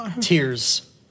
Tears